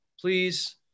Please